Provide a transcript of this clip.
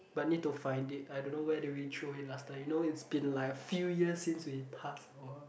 but need to find it I don't know where did we threw it last time you know it's been like a few years since we pass our